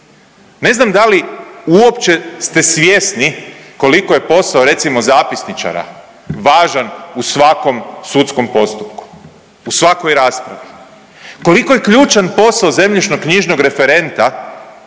Ne znam da li uopće ste svjesni koliko je posao recimo zapisničara važan u svakom sudskom postupku u svakoj raspravi, koliko je ključan posao zemljišno-knjižnog referenta